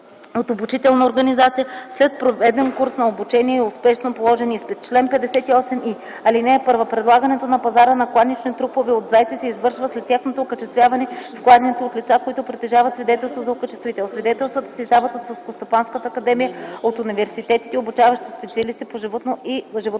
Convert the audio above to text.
от обучителна организация след проведен курс на обучение и успешно положен изпит. Чл. 58и. (1) Предлагането на пазара на кланични трупове от зайци се извършва след тяхното окачествяване в кланици от лица, които притежават свидетелство за окачествител. Свидетелствата се издават от Селскостопанската академия, от университетите, обучаващи специалисти по животновъдство,